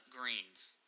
greens